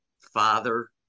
father